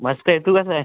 मस्त आहे तू कसा आहे